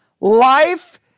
life